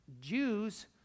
Jews